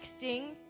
texting